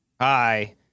Hi